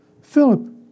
Philip